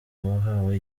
wahawe